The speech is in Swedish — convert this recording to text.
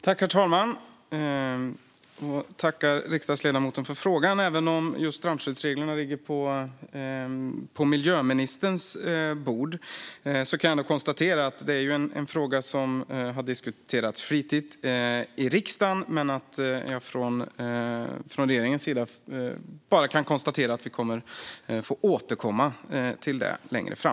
Herr talman! Jag tackar riksdagsledamoten för frågan. Just strandskyddsreglerna ligger på miljöministerns bord, men jag noterar att det är en fråga som har diskuterats flitigt i riksdagen. Men från regeringens sida kan jag bara konstatera att vi kommer att få återkomma till detta längre fram.